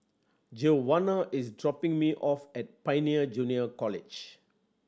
Giovanna is dropping me off at Pioneer Junior College